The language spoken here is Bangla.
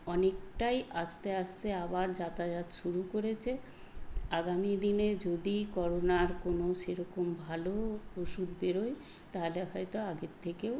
অনেকটাই আস্তে আস্তে আবার যাতায়াত শুরু করেছে আগামী দিনে যদি করোনার কোনও সেরকম ভালো ওষুধ বেরোয় তাহলে হয়তো আগের থেকেও